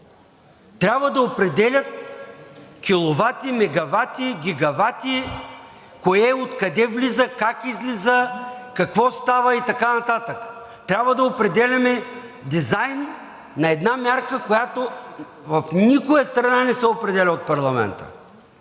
трябва да определят киловати, мегавати, гигавати, кое откъде влиза, как излиза, какво става и така нататък. Трябва да определяме дизайн на една мярка, която в никоя страна не се определя от парламента.